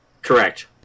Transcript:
Correct